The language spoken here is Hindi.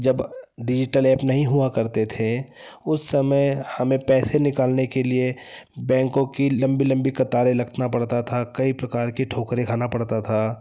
जब डिज़िटल एप नहीं हुआ करते थे उस समय हमें पैसे निकालने के लिए बैंकों की लम्बी लम्बी कतारें रखना पड़ता था कई प्रकार की ठोकरें खाना पड़ता था